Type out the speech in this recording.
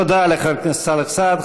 תודה לחבר הכנסת סאלח סעד.